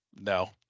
no